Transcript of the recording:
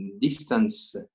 distance